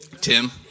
Tim